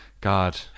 God